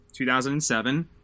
2007